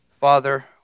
Father